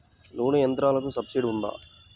నూనె యంత్రాలకు సబ్సిడీ ఉందా?